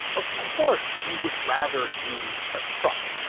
of course we would rather use a truck.